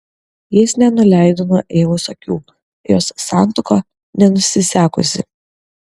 jis nenuleido nuo eivos akių jos santuoka nenusisekusi